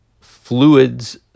fluids